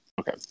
Okay